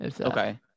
Okay